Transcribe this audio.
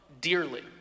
dearly